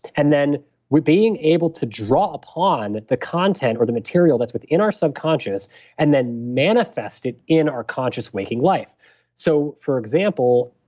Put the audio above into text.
and then we're being able to draw upon the content or the material that's within our subconscious and then manifested in our conscious waking life so, for example,